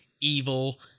evil